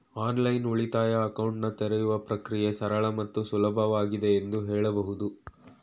online ಉಳಿತಾಯ ಅಕೌಂಟನ್ನ ತೆರೆಯುವ ಪ್ರಕ್ರಿಯೆ ಸರಳ ಮತ್ತು ಸುಲಭವಾಗಿದೆ ಎಂದು ಹೇಳಬಹುದು